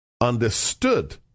understood